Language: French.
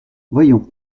voyons